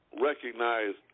recognize